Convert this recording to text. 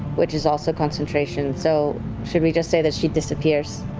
which is also concentration, so should we just say that she disappears?